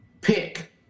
pick